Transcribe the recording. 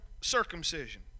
circumcision